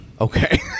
Okay